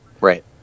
Right